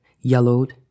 yellowed